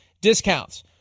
discounts